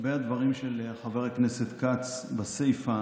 לגבי הדברים של חבר הכנסת כץ בסיפא,